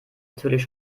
natürlich